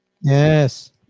Yes